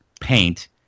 paint